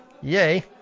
Yay